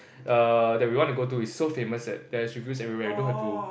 err that we want to go to it's so famous there is reviews everywhere you don't have to